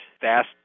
fast